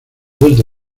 desde